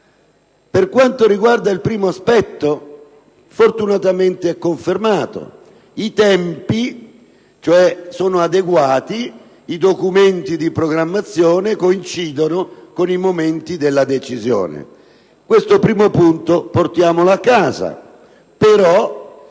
in quella sede, il primo aspetto, fortunatamente, è confermato. In altri termini, i tempi sono adeguati e i documenti di programmazione coincidono con i momenti della decisione. Questo primo punto portiamolo a casa. Però